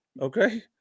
Okay